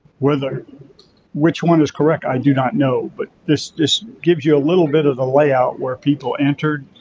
whether which one is correct, i do not know but this this gives you a little bit of a layout where people entered,